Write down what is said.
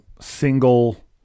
single